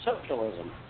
socialism